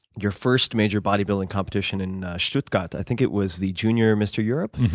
your first major bodybuilding competition in stuttgart. i think it was the junior mr. europe?